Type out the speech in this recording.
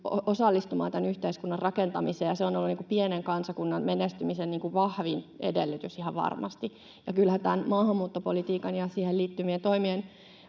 osallistumaan tämän yhteiskunnan rakentamiseen. Se on ollut pienen kansakunnan menestymisen vahvin edellytys ihan varmasti. Ja kyllähän tämän maahanmuuttopolitiikan ja siihen liittyvien toimien